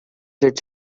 should